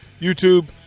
YouTube